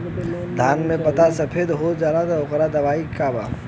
धान के पत्ता सफेद हो जाला ओकर दवाई का बा?